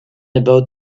about